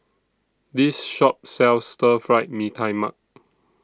This Shop sells Stir Fry Mee Tai Mak